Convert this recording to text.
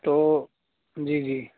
تو جی جی